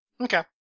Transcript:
Okay